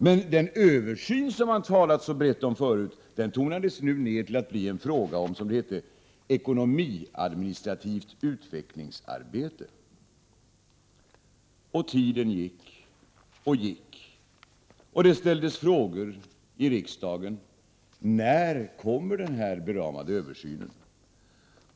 Men den översyn som man hade talat så brett om förut tonades nu ned till att bli en fråga om, som det hette, ekonomiadministrativt utvecklingsarbete. Och tiden gick och gick, och det ställdes frågor i riksdagen: När kommer den beramade översynen?